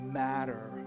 matter